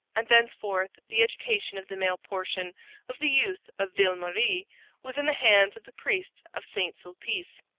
and thenceforth the education of the male portion of the youth of ville-marie was in the hands of the priests of saint-sulpice.